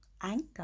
anger